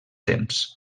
temps